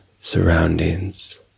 surroundings